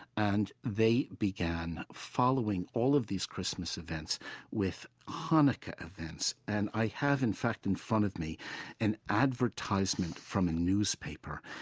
and they began following all of these christmas events with hanukkah events. and i have, in fact, in front of me an advertisement from a newspaper.